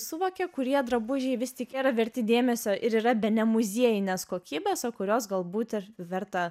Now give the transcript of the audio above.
suvokė kurie drabužiai vis tik yra verti dėmesio ir yra bene muziejinės kokybės o kuriuos galbūt ir verta